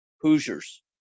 Hoosiers